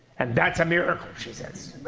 and that's a miracle, she says.